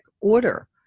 order